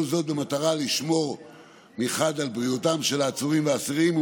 כל זאת במטרה לשמור מחד גיסא על בריאותם של העצורים והאסירים,